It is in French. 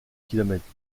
kilomètres